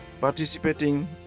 participating